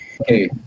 Okay